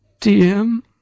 DM